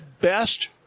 best